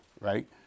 right